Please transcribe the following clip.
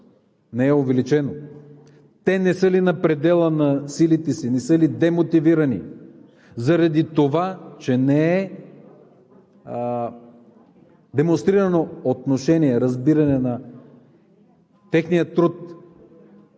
Не е увеличено. Те не са ли на предела на силите си, не са ли демотивирани заради това, че не е демонстрирано отношение, разбиране на техния труд?